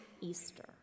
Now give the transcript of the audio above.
Easter